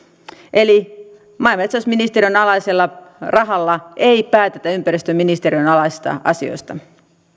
eli maa ja metsätalousministeriön alaisella rahalla ei päätetä ympäristöministeriön alaisista asioista